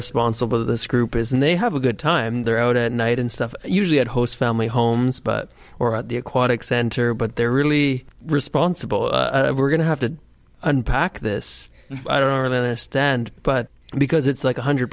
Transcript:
responsible this group is and they have a good time they're out at night and stuff usually at host family homes but or at the aquatic center but they're really responsible we're going to have to unpack this i don't really understand but because it's like one hundred